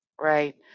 right